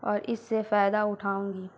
اور اس سے فائدہ اٹھاؤں گی